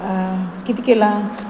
कितें केलां